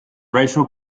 racial